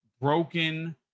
broken